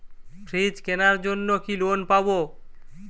Fridge কেনার জন্য কি লোন পাব?